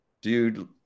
dude